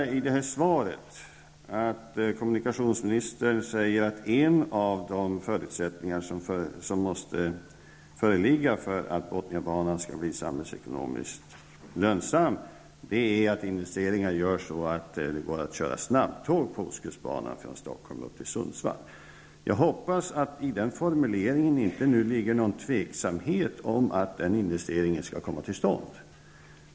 Jag noterar att kommunikationsministern i svaret säger att en av de förutsättningar som måste föreligga för att Bothniabanan skall bli samhällsekonomiskt lönsam är att investeringarna görs så att det går att köra snabbtåg på ostkustbanan från Stockholm upp till Sundsvall. Jag hoppas att det i den formuleringen inte ligger någon tveksamhet om att sådana investeringar skall komma att göras.